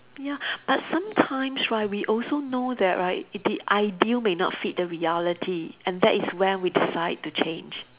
ya but sometimes right we also know that right it the ideal may not fit the reality and that is when we decide to change